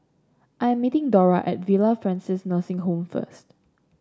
I am meeting Dora at Villa Francis Nursing Home first